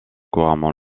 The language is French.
couramment